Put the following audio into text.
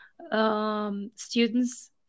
students